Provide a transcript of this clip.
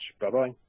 Bye-bye